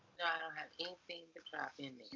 have anything to drop in